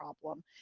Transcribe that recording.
problem